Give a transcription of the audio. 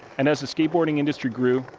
and as the skateboarding industry grew,